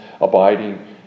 abiding